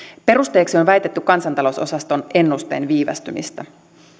perusteeksi on väitetty kansantalousosaston ennusteen viivästymistä